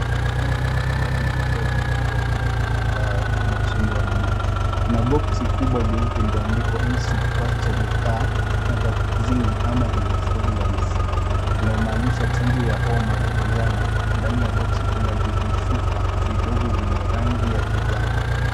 Dawa za matibabu zikiwa zimeekwa juu ya meza ya mbao yenye usuli wa buluu. Kuna boxi kubwa jeupe lilioandikwa Insitute pasteur De darar vaccine amir stabilise linalomanisha chanjo ya homa ya manjano. Ndani ya boxi kuna vijichupa vidogo viwili vyenye rangi ya kijani.